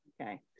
okay